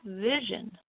vision